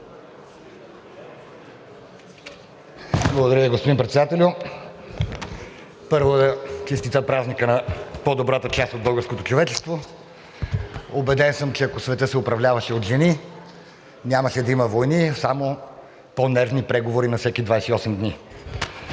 Благодаря Ви, господин Председателю. Първо да честитя празника на по-добрата част от българското човечество! Убеден съм, че ако светът се управляваше от жени, нямаше да има войни, а само по-нервни преговори на всеки 28 дни.